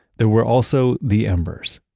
there were also the embers.